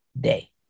day